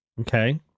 Okay